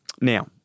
Now